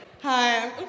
Hi